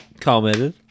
commented